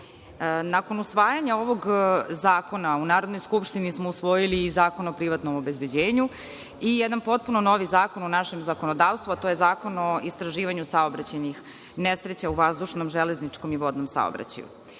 Nakon usvajanja ovog zakona u Narodnoj skupštini smo usvojili i Zakon o privatnom obezbeđenju i jedan potpuno novi zakon u našem zakonodavstvu, a to je Zakon o istraživanju saobraćajnih nesreća u vazdušnom, železničkom i vodnom saobraćaju.